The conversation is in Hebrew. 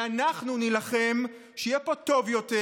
ואנחנו נילחם שיהיה פה טוב יותר,